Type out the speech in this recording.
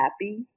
happy